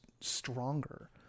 stronger